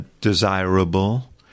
desirable